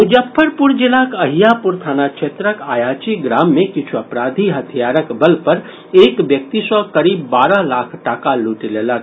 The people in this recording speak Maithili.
मुजफ्फरपुर जिलाक अहियापुर थाना क्षेत्रक आयाची ग्राम मे किछु अपराधी हथियारक बल पर एक व्यक्ति सॅ करीब बारह लाख टाका लूटि लेलक